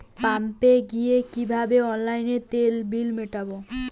পাম্পে গিয়ে কিভাবে অনলাইনে তেলের বিল মিটাব?